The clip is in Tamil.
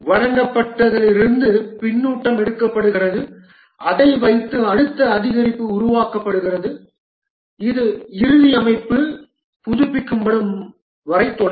வழங்கப்பட்டதிலிருந்து பின்னூட்டம் எடுக்கப்படுகிறது அதை வைத்து அடுத்த அதிகரிப்பு உருவாக்கப்படுகிறது இது இறுதி அமைப்பு புதுப்பிக்கப்படும் வரை தொடரும்